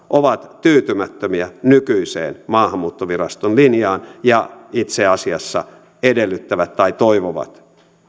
ovat tyytymättömiä nykyiseen maahanmuuttoviraston linjaan ja itse asiassa edellyttävät tai toivovat